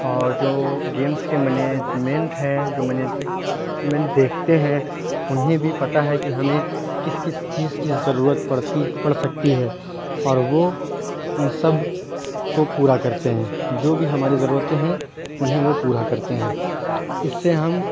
اور جو گیمس کے مینجمنٹ ہے جو مینجمنٹ دیکھتے ہیں انہیں بھی پتا ہے کہ ہمیں کس کس چیز کی ضرورت پڑتی پڑ سکتی ہے اور وہ ان سب کو پورا کرتے ہیں جو بھی ہماری ضرورتیں ہیں انہیں وہ پورا کرتے ہیں اور اس سے ہم